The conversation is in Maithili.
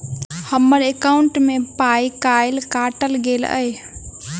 हम्मर एकॉउन्ट मे पाई केल काटल गेल एहि